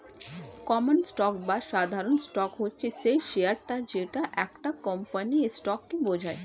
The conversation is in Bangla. কমন স্টক বা সাধারণ স্টক হচ্ছে সেই শেয়ারটা যেটা একটা কোম্পানির স্টককে বোঝায়